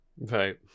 Right